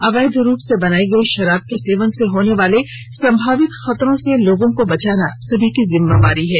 अवैध रूप से बनाए गए शराब के सेवन से होने वाले संभावित खतरों से लोगों को बचाना सबकी जिम्मेवारी है